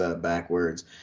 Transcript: backwards